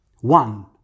One